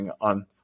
on